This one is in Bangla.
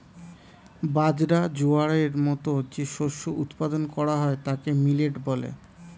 বাজরা, জোয়ারের মতো যে শস্য উৎপাদন করা হয় তাকে মিলেট বলে